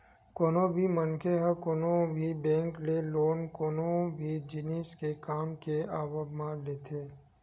कोनो भी मनखे ह कोनो भी बेंक ले लोन कोनो भी जिनिस के काम के आवब म लेथे